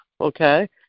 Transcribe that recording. okay